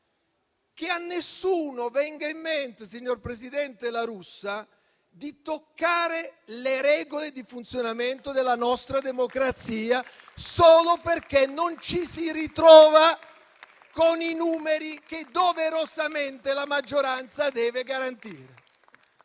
Che a nessuno venga in mente, signor Presidente, di toccare le regole di funzionamento della nostra democrazia solo perché non ci si trova con i numeri che doverosamente la maggioranza deve garantire.